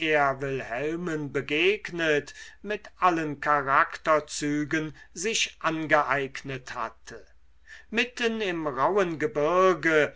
wilhelmen begegnet mit allen charakterzügen sich angeeignet hatte mitten im rauhen gebirg